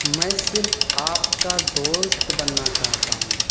میں صرف آپ کا دوست بننا چاہتا ہوں